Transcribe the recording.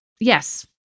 Yes